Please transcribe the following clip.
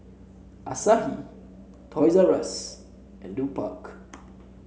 Asahi Toys R Us and Lupark